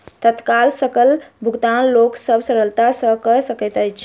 तत्काल सकल भुगतान लोक सभ सरलता सॅ कअ सकैत अछि